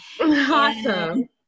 Awesome